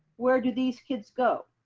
where do these kids go?